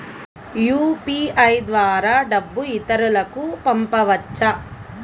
UPI ద్వారా డబ్బు ఇతరులకు పంపవచ్చ?